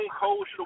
Cold